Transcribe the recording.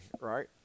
right